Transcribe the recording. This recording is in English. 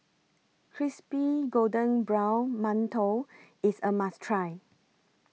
Crispy Golden Brown mantou IS A must Try